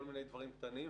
כל מיני דברים קטנים,